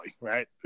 right